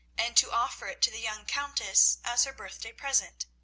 and to offer it to the young countess as her birthday present.